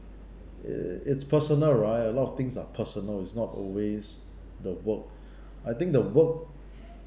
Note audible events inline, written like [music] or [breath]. it it's personal right a lot of things are personal it's not always the work [breath] I think the work [breath]